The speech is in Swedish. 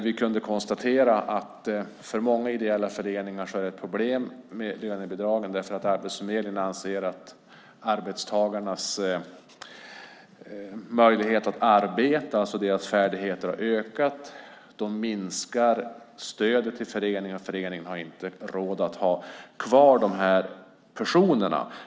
Vi kunde konstatera att för många ideella föreningar är det ett problem med lönebidragen därför att när Arbetsförmedlingen anser att arbetstagarnas möjlighet att arbeta, alltså deras färdigheter, har ökat minskar stödet till föreningen och föreningen har inte råd att ha kvar de här personerna.